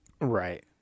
Right